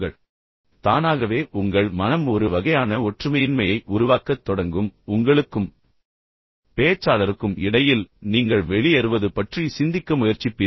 எனவே தானாகவே உங்கள் மனம் ஒரு வகையான ஒற்றுமையின்மையை உருவாக்கத் தொடங்கும் பின்னர் உங்களுக்கும் பேச்சாளருக்கும் இடையில் நீங்கள் வெளியேறுவது பற்றி சிந்திக்க முயற்சிப்பீர்கள்